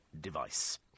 device